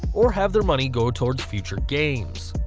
or have their money go towards future games.